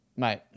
Mate